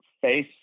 face